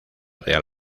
real